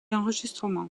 enregistrements